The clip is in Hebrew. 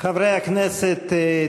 חברי הכנסת,